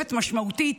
תוספת משמעותית.